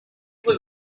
was